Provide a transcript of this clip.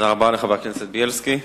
תודה רבה לחבר הכנסת בילסקי.